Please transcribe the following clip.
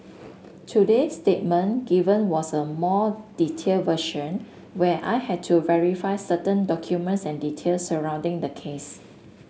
today's statement given was a more detailed version where I had to verify certain documents and details surrounding the case